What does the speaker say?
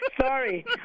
Sorry